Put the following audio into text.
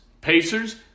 Pacers